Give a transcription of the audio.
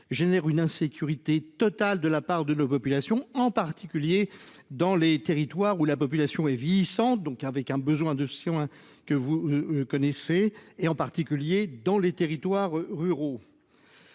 génère une insécurité totale de la part de nos populations, en particulier dans les territoires où la population est vieillissante, donc avec un besoin de Sion soins que vous le connaissez et en particulier dans les territoires ruraux.--